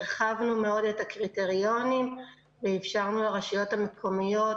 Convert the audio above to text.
הרחבנו מאוד את הקריטריונים ואפשרנו לרשויות המקומיות